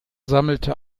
sammelte